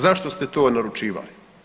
Zašto ste to naručivali?